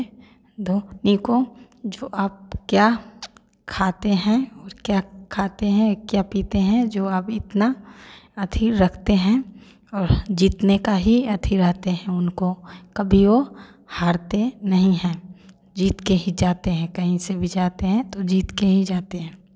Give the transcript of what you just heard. जे धोनी को जो आपको क्या खातें हैं क्या खातें हैं क्या पीते हैं जो अभी इतना धैर्य रखते हैं और जीतने का हीअथि रहते हैं उनको कभी वो हारते नहीं है जीत के ही जाते हैं कहीं से भी जाते हैं तो जीत के ही जाते हैं